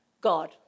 God